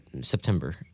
September